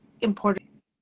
important